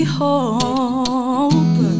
hope